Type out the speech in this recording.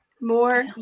more